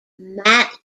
matt